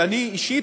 אבל אישית,